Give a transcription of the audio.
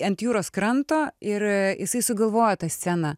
ant jūros kranto ir jisai sugalvojo tą sceną